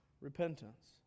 repentance